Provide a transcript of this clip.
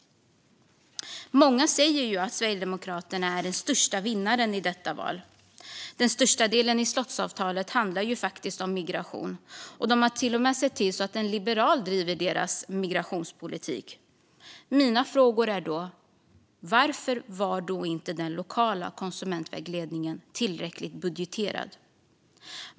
Många säger att Sverigedemokraterna är den största vinnaren i valet. Den största delen i slottsavtalet handlar ju om migration, och de har till och med sett till att en liberal driver deras migrationspolitik. Mina frågor är: Varför är inte den lokala konsumentvägledningen tillräckligt budgeterad?